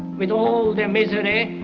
with all the misery,